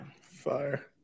fire